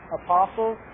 apostles